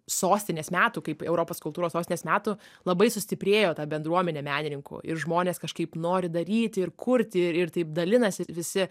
sostinės metų kaip europos kultūros sostinės metų labai sustiprėjo ta bendruomenė menininkų ir žmonės kažkaip nori daryti ir kurti ir ir taip dalinasi visi